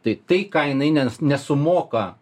tai tai ką jinai nes nesumoka